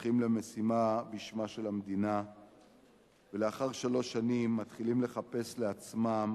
הנשלחים למשימה בשמה של המדינה ולאחר שלוש שנים מתחילים לחפש לעצמם